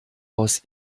aus